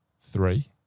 three